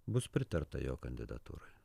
bus pritarta jo kandidatūrai